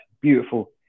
Beautiful